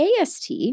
AST